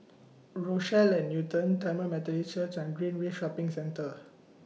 Rochelle At Newton Tamil Methodist Church and Greenridge Shopping Centre